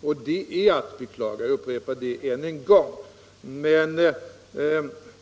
Och detta är att beklaga — jag upprepar det ännu en gång — men